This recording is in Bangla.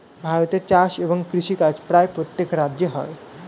ভারতে চাষ এবং কৃষিকাজ প্রায় প্রত্যেক রাজ্যে হয়